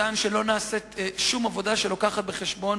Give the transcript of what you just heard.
שטען שלא נעשית שום עבודה שמביאה בחשבון